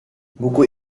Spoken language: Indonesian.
buku